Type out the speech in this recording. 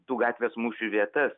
tų gatvės mūšių vietas